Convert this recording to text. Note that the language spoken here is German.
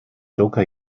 joker